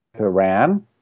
Iran